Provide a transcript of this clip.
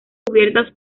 cubiertas